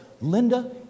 Linda